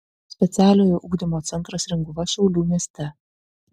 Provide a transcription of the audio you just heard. specialiojo ugdymo centras ringuva šiaulių mieste